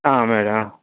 madam